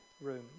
room